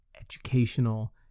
educational